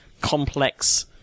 complex